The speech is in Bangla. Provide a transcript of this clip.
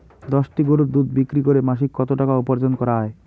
দশটি গরুর দুধ বিক্রি করে মাসিক কত টাকা উপার্জন করা য়ায়?